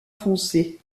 foncé